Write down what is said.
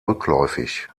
rückläufig